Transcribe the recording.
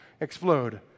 explode